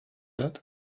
that